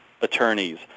attorneys